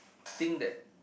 think that